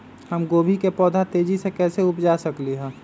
हम गोभी के पौधा तेजी से कैसे उपजा सकली ह?